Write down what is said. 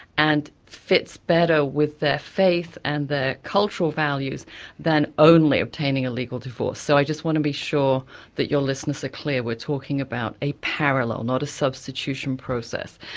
and fits better with their faith and their cultural values than only obtaining a legal divorce. so i just want to be sure that your listeners are clear. we're talking about a parallel, not a substitution process.